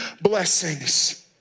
blessings